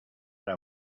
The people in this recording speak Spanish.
para